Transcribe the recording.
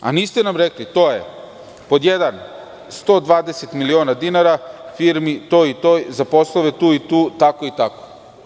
Niste nam rekli, pod jedan, 120 miliona dinara firmi toj i toj, za poslove tu i tu, tako i tako.